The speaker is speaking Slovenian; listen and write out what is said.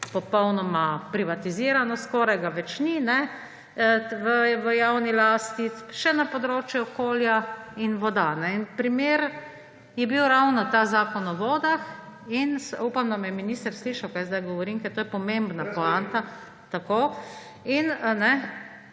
popolnoma privatizirano, skoraj ga več ni v javni lasti, še na področje okolja in voda. In primer je bil ravno ta zakon o vodah in upam, da me je minister slišal, kaj zdaj govorim, ker to je pomembna poanta, tako.